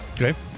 Okay